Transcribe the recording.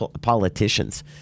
politicians